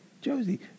Josie